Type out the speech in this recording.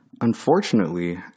Unfortunately